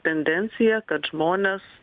tendenciją kad žmonės